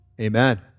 Amen